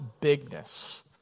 bigness